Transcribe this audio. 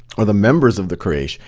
or the members of the quraysh,